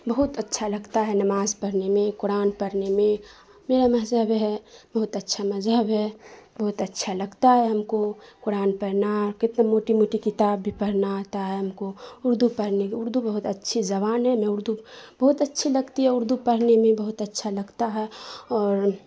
بہت اچھا لگتا ہے نماز پڑھنے میں قرآن پڑھنے میں میرا مذہب ہے بہت اچھا مذہب ہے بہت اچھا لگتا ہے ہم کو قرآن پڑھنا کتنے موٹی موٹی کتاب بھی پڑھنا آتا ہے ہم کو اردو پڑھنے کی اردو بہت اچھی زبان ہے میں اردو بہت اچھی لگتی ہے اردو پڑھنے میں بہت اچھا لگتا ہے اور